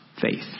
faith